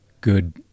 good